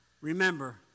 Remember